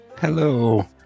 Hello